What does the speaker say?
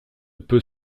peut